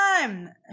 time